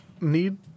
need